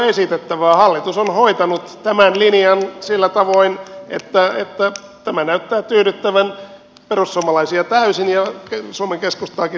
hallitus on hoitanut tämän linjan sillä tavoin että tämä näyttää tyydyttävän perussuomalaisia täysin ja suomen keskustaakin lähes kokonaan